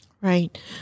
Right